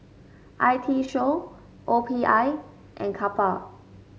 I T Show O P I and Kappa